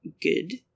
good